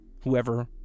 whoever